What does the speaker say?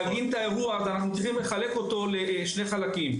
אנחנו צריכים לחלק את האירוע הזה לשני חלקים,